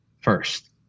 first